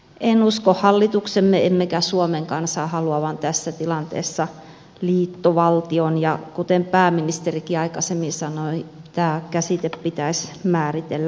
en usko hallituksemme enkä suomen kansan haluavan tässä tilanteessa liittovaltiota ja kuten pääministerikin aikaisemmin sanoi tämä käsite pitäisi määritellä